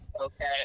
okay